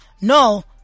no